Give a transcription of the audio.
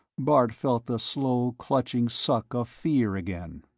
bart felt the slow, clutching suck of fear again.